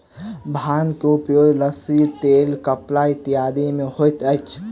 भांग के उपयोग रस्सी तेल कपड़ा इत्यादि में होइत अछि